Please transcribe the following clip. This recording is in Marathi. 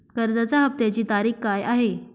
कर्जाचा हफ्त्याची तारीख काय आहे?